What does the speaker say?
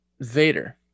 Vader